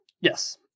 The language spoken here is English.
Yes